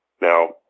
Now